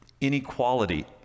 inequality